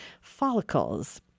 follicles